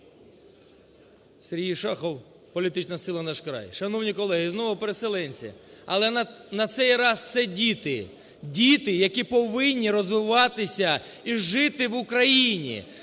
Сергій Шахов, політична сила "Наш край". Шановні колеги, знову переселенці. Але на цей раз це діти, діти, які повинні розвиватися і жити в Україні